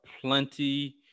plenty